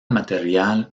material